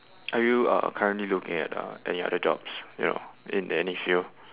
are you uh currently looking at uh any other jobs you know in any field